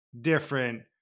different